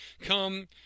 Come